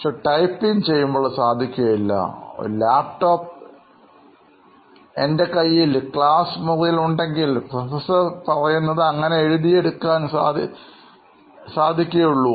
പക്ഷേ ടൈപ്പിംഗ് ചെയ്യുമ്പോൾ അത് സാധിക്കുകയില്ല ഒരു ലാപ്ടോപ്പ് എൻറെ കയ്യിൽ ക്ലാസ് മുറിയിൽ ഉണ്ടെങ്കിൽ പ്രൊഫസർ പറയുന്നത് അങ്ങനെ എഴുതി എടുക്കാൻ സാധിക്കുകയുള്ളൂ